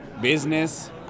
business